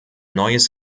neues